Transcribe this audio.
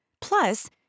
Plus